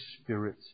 spirit